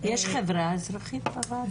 יש חברה אזרחית בוועדה?